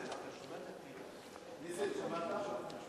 114)